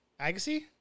Agassi